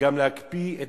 וגם להקפיא את